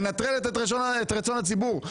מנטרלת את רצון הציבור.